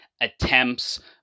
attempts